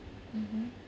mmhmm